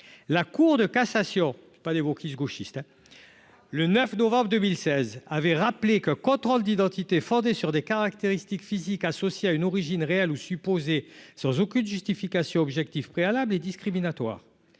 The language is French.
la Cour de cassation, pas des veaux qui gauchiste, le 9 novembre 2016 avait rappelé que contrôle d'identité fondée sur des caractéristiques physiques, associé à une origine réelle ou supposée, sans aucune justification objective préalable et discriminatoire,